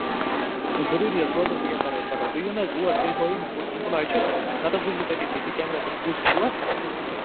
ضروٗری حظ بوز حظ بہٕ کیٛاہ کَرو أسۍ پَگاہ تُہۍ یِیِو نا حظ اور تُہۍ ہٲیِو مےٚ کُس اِمپُلاے چھُ نَہ تہٕ حظ وٕچھِ بہٕ تٔتی سی سی کیمرا پٮ۪ٹھ کُس اوس